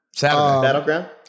Battleground